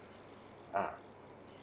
ah